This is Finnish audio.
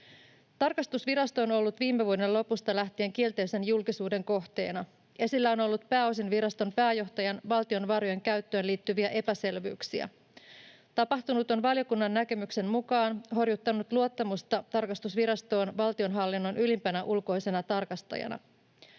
Tarkastusvirasto on ollut viime vuoden lopusta lähtien kielteisen julkisuuden kohteena. Esillä on ollut pääosin viraston pääjohtajan valtion varojen käyttöön liittyviä epäselvyyksiä. Tapahtunut on valiokunnan näkemyksen mukaan horjuttanut luottamusta tarkastusvirastoon valtionhallinnon ylimpänä ulkoisena tarkastajana.